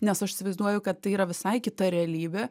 nes aš įsivaizduoju kad tai yra visai kita realybė